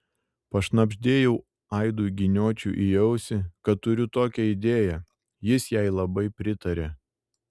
pašnabždėjau aidui giniočiui į ausį kad turiu tokią idėją jis jai labai pritarė